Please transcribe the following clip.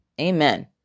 Amen